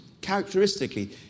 Characteristically